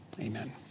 Amen